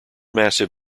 massive